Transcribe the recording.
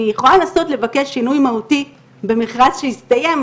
אני יכולה לנסות לבקש שינוי מהותי במכרז שהסתיים,